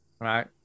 Right